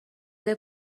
زده